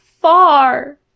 far